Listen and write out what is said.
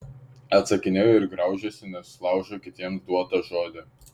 atsakinėju ir graužiuosi nes laužau kitiems duotą žodį